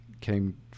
came